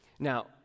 Now